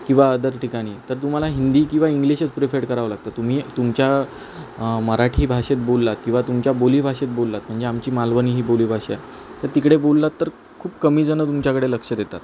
किंवा अदर ठिकाणी तर तुम्हाला हिंदी किंवा इंग्लिशच प्रिफेड करावं लागतं तुम्ही तुमच्या मराठी भाषेत बोललात किंवा तुमच्या बोलीभाषेत बोललात म्हणजे आमची मालवणी ही बोलीभाषा आहे तर तिकडे बोललात तर खूप कमीजणं तुमच्याकडे लक्ष देतात